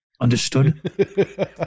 Understood